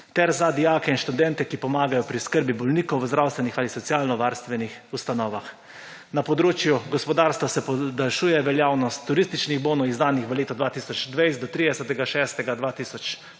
ter za dijake in študente, ki pomagajo pri oskrbi bolnikov v zdravstvenih ali socialnovarstvenih ustanovah. Na področju gospodarstva se podaljšuje veljavnost turističnih bonov, izdanih v letu 2020, do 30.